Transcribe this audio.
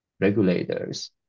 regulators